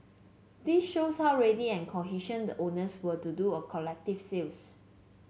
this shows how ready and cohesion the owners were to do a collective sales